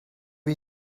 you